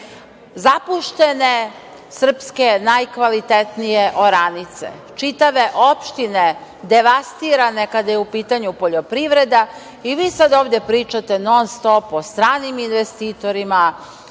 zapuštene srpske najkvalitetnije oranice, čitave opštine devastirane kada je u pitanju poljoprivreda i vi sada ovde pričate non-stop o stranim investitorima,